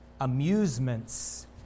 amusements